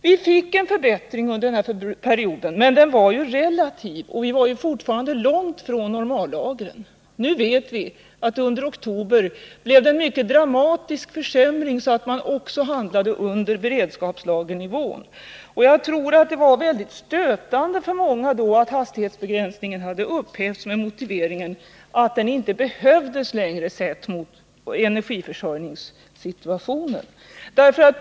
Vi fick en förbättring under denna period, men den var ju relativ, och vi var fortfarande långt från normallagren. Nu vet vi att det under oktober blev en mycket dramatisk försämring så att man också hamnade under beredskapslagernivån. Jagtror att det var mycket stötande för många att hastighetsbegränsningen upphävdes med motiveringen att den inte behövdes längre sett mot energiförsörjningssituationen.